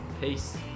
Peace